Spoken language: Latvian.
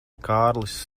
kārlis